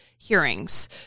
hearings